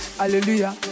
hallelujah